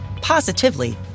positively